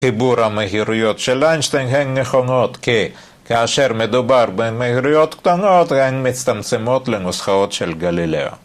סיבור המהירויות של אינשטיין הן נכונות כי כאשר מדובר במהירויות קטנות הן מצטמצמות לנוסחאות של גלילאו.